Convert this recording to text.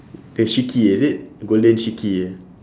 the shiki is it golden shiki eh